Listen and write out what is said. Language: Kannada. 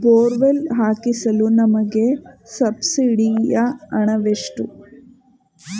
ಬೋರ್ವೆಲ್ ಹಾಕಿಸಲು ನಮಗೆ ಸಬ್ಸಿಡಿಯ ಹಣವೆಷ್ಟು?